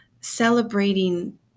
celebrating